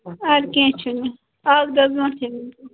اَدٕ کیٚنٛہہ چھُنہٕ اکھ دۄہ برٛونٛٹھے میلہِ تۄہہِ